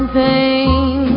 pain